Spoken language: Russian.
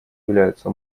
являются